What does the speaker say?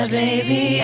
baby